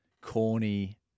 corny